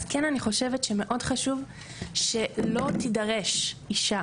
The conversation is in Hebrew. אז כן אני חושבת שמאוד חשוב שלא תידרש אישה